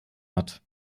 hat